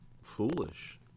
Foolish